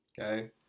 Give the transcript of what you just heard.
Okay